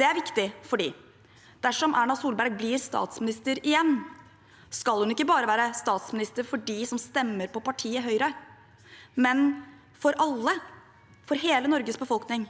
Det er viktig, for dersom Erna Solberg blir statsminister igjen, skal hun ikke bare være statsminister for dem som stemmer på partiet Høyre, men for alle – for hele Norges befolkning.